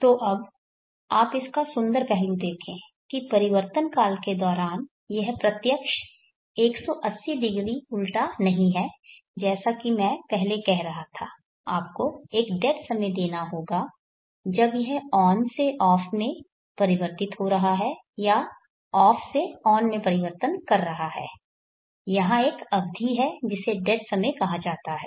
तो अब आप इसका सुंदर पहलू देखें कि परिवर्तनकाल के दौरान यह प्रत्यक्ष 180o उलटा नहीं है जैसा कि मैं पहले कह रहा था आपको एक डेड समय देना होगा जब यह ऑन से ऑफ में परिवर्तित हो रहा है या यह ऑफ से ऑन परिवर्तन कर रहा है यहां एक अवधि है जिसे डेड समय कहा जाता है